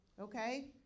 okay